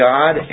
God